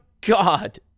God